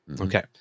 Okay